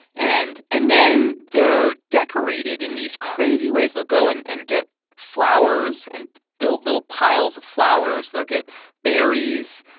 and and then, they are decorated in these crazy ways. they'll go and and get flowers, and build little piles of flowers. they'll get berries.